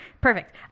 Perfect